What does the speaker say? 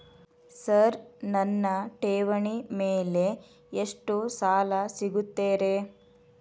Sir ನನ್ನ ಠೇವಣಿ ಮೇಲೆ ಎಷ್ಟು ಸಾಲ ಸಿಗುತ್ತೆ ರೇ?